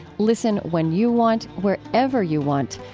listen when you want, wherever you want.